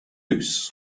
use